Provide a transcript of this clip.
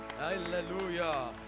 Hallelujah